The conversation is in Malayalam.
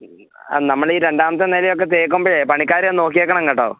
ആ നമ്മുടെ ഈ രണ്ടാമത്തെ നിലയൊക്കെ തേക്കുമ്പഴേ പണിക്കാരൊന്ന് നോക്കിയേക്കണം കേട്ടോ